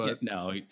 no